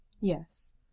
Yes